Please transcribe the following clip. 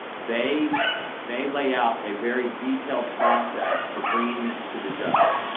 they they lay out a very detailed process for bringing this to the judge.